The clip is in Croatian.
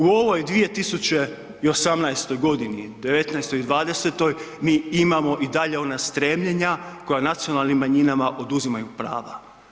U ovoj 2018. g., 2019. i 2020. mi imamo i dalje ona stremljenja koja nacionalnim manjinama oduzimaju prava.